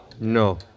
No